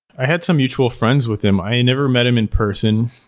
i had some mutual friends with him. i never met him in person.